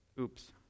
Oops